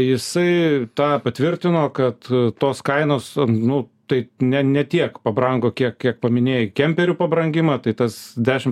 jisai tą patvirtino kad tos kainos nu tai ne ne tiek pabrango kiek kiek paminėjai kemperių pabrangimą tai tas dešimt